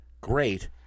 great